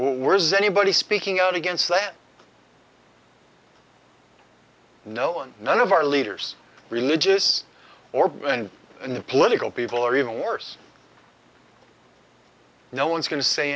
as anybody speaking out against that no one none of our leaders religious or in the political people or even worse no one's going to say